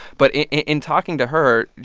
but in talking to her, you